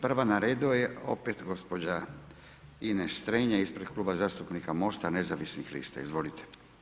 Prva na redu je opet gospođa Ines Strenja ispred Kluba zastupnika MOST-a nezavisnih lista, izvolite.